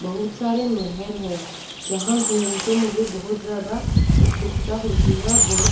बहुत सारे महल है जहाँ घूम कर मुझे बहुत ज़्यादा उत्सुकता होती है और